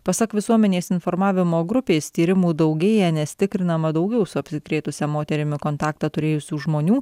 pasak visuomenės informavimo grupės tyrimų daugėja nes tikrinama daugiau su apsikrėtusia moterimi kontaktą turėjusių žmonių